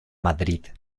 madrid